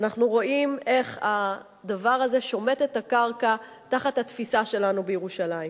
ואנחנו רואים איך הדבר הזה שומט את הקרקע תחת התפיסה שלנו בירושלים.